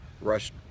rush